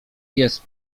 jest